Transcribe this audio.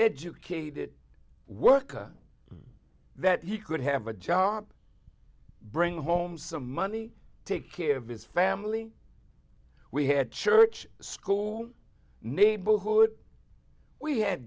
educated worker that he could have a job bring home some money take care of his family we had church school neighborhood we had